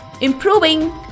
improving